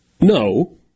No